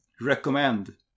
recommend